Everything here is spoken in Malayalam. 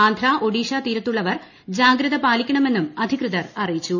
ആന്ധ്ര ് ഒഡീഷ തീരത്തുള്ളവർ ജാഗ്രത പാലിക്കണമെന്നും അധികൃതർ അറിയിച്ചു